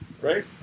Right